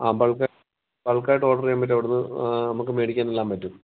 ആ ബൾക്ക് ബൾക്കായിട്ട് ഓർഡർ ചെയ്യാൻ പറ്റും നമുക്ക് അവിടെ നിന്ന് നമുക്ക് മേടിക്കാൻ എല്ലാം പറ്റും